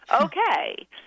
Okay